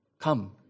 Come